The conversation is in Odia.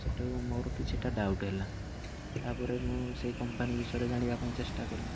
ସେଠୁ ମୋର କିଛିଟା ଡାଉଟ୍ ହେଲା ତାପରେ ମୁଁ ସେଇ କମ୍ପାନୀ ବିଷୟରେ ଜାଣିବା ପାଇଁ ଚେଷ୍ଟା କଲି